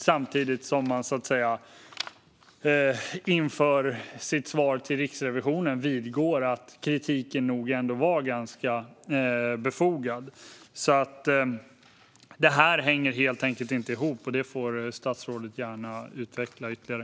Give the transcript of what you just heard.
Samtidigt vidgår man i sitt svar till Riksrevisionen att kritiken nog ändå var ganska befogad. Detta hänger helt enkelt inte ihop. Statsrådet får gärna utveckla ytterligare.